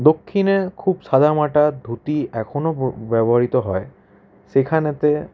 দক্ষিণে খুব সাদামাটা ধুতি এখনো ব্যবহৃত হয় সেখানেতে